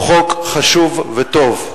הוא חוק חשוב וטוב,